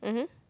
mmhmm